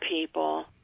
people